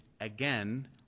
again